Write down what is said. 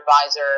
advisor